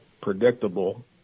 predictable